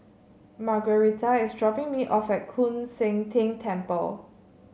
Margueritta is dropping me off at Koon Seng Ting Temple